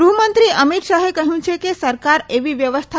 ગૃહ્મંત્રી અમિતશાહે કહ્યું છે કે સરકાર એવી વ્યવસ્થા